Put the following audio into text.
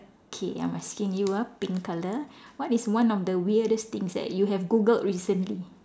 okay I'm asking you ah pink colour what is one of the weirdest thing that you have Google recently